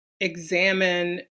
examine